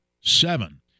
seven